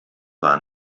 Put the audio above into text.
war